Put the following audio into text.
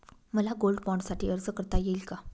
मला गोल्ड बाँडसाठी अर्ज करता येईल का?